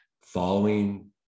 following